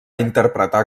interpretar